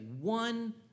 one